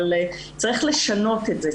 אבל צריך לשנות את זה,